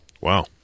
Wow